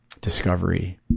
discovery